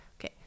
Okay